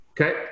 Okay